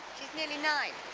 nearly nine.